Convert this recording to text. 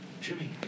Jimmy